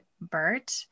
Bert